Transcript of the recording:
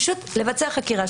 פשוט לבצע חקירה,